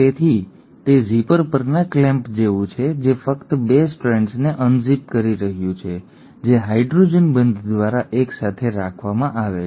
તેથી તે ઝિપર પરના ક્લેમ્પ જેવું છે જે ફક્ત ૨ સ્ટ્રેન્ડ્સ ને અનઝિપ કરી રહ્યું છે જે હાઇડ્રોજન બંધ દ્વારા એક સાથે રાખવામાં આવે છે